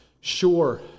sure